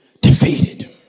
defeated